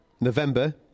November